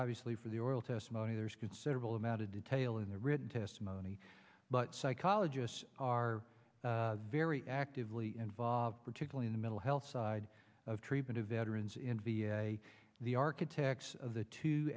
obviously for the oral testimony there's considerable amount of detail in the written testimony but psychologists are very actively involved particularly in the middle health side of treatment of veterans in v a the architects of the two